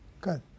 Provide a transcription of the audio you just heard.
Good